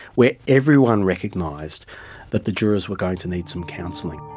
where everyone recognised that the jurors were going to need some counselling.